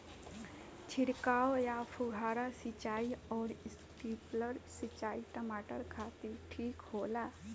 छिड़काव या फुहारा सिंचाई आउर स्प्रिंकलर सिंचाई टमाटर खातिर ठीक होला?